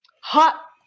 hot